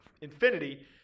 infinity